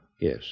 Yes